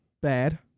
bad